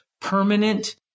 permanent